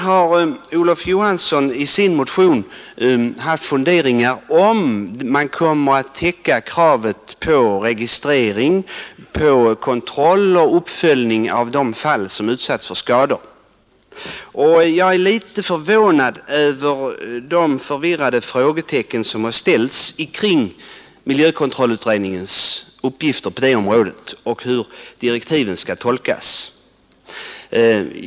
Herr Olof Johansson i Stockholm har i sin motion fört fram funderingar om registrering, kontroll och uppföljning av de fall där skador har inträffat. Jag är litet förvånad över de förvirrade frågor som har ställts kring miljökontrollutredningens uppgift på det området och tolkningen av direktiven.